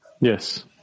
Yes